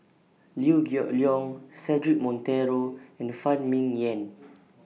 Liew Geok Leong Cedric Monteiro and Phan Ming Yen